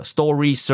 Story